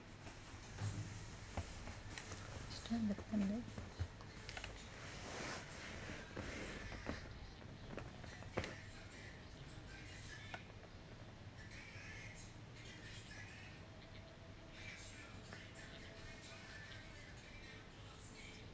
describe a time